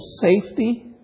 safety